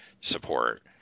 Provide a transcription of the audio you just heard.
support